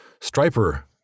striper